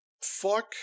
Fuck